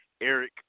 Eric